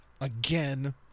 Again